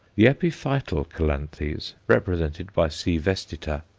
the epiphytal calanthes, represented by c. vestita,